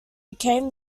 became